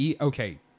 Okay